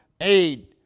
aid